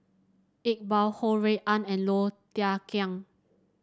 Iqbal Ho Rui An and Low Thia Khiang